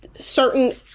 certain